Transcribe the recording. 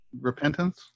repentance